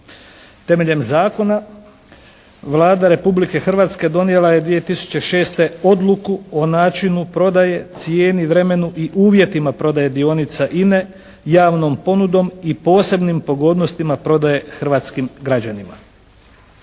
Temeljem zakona Vlada Republike Hrvatske donijela je 2006. odluku o načinu prodaje, cijeni, vremenu i uvjetima prodaje dionica INA-e javnom ponudom i posebnim pogodnostima prodaje hrvatskim građanima.